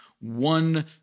one